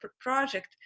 project